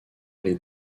les